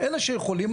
אלה שיכולים,